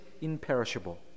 imperishable